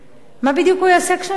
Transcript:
מה בדיוק הוא יעשה כשהוא נמצא כאן?